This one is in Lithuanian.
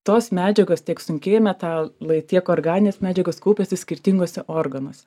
tos medžiagos tiek sunkieji metalai tiek organinės medžiagos kaupiasi skirtinguose organuos